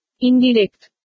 Indirect